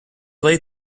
late